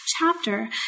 chapter